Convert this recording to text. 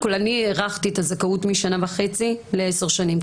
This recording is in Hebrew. אני הארכתי את הזכאות משנה וחצי לעשר שנים,